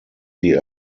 sie